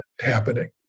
happening